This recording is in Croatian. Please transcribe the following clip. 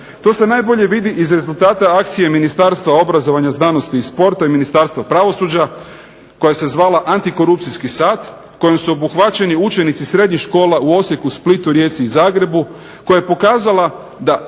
To se najbolje vidi iz rezultata akcije Ministarstva obrazovanja, znanosti i sporta, i Ministarstva pravosuđa, koja se zvala antikorupcijski sat, kojim su obuhvaćeni učenici srednjih škola u Osijeku, Splitu, Rijeci i Zagrebi, koja je pokazala da